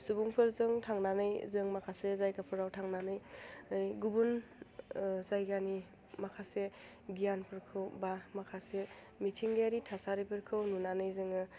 सुबुंफोरजों थांनानै जों माखासे जायगाफोराव थांनानै गुबुन जायगानि माखासे गियानफोरखौ बा माखासे मिथिंगायारि थासारिफोरखौ नुनानै जोङो